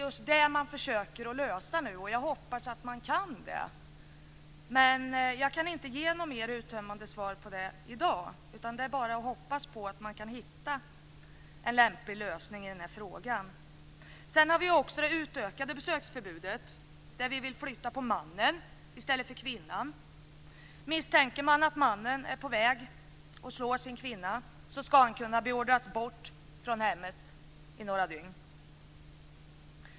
Just det försöker man nu lösa. Jag hoppas att man lyckas med det. Något mer uttömmande svar om det kan jag tyvärr inte ge i dag. Det är bara att hoppas att man hittar en lämplig lösning i det avseendet. Vidare har vi det utökade besöksförbudet. Vi vill flytta på mannen, inte på kvinnan. Misstänks mannen vara på väg att slå sin kvinna ska mannen kunna beordras bort från hemmet i några dygn.